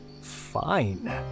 Fine